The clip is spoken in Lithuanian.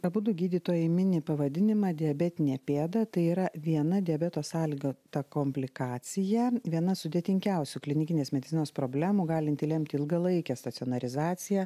abudu gydytojai mini pavadinimą diabetinė pėda tai yra viena diabeto sąlygota komplikacija viena sudėtingiausių klinikinės medicinos problemų galinti lemti ilgalaikę stacionarizaciją